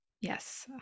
Yes